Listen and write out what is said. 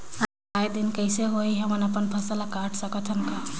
आय दिन मौसम कइसे होही, हमन अपन फसल ल काट सकत हन का?